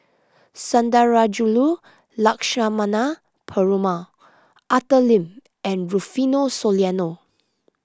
Sundarajulu Lakshmana Perumal Arthur Lim and Rufino Soliano